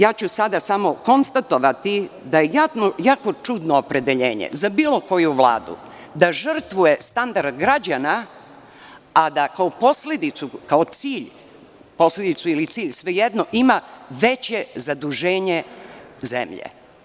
Sada ću samo konstatovati da je jako čudno opredeljenje za bilo koju vladu da žrtvuje standard građana, a da kao posledicu, kao cilj ili posledicu, svejedno, ima veće zaduženje zemlje.